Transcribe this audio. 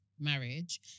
marriage